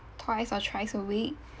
twice or thrice a week